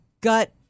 gut